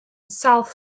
south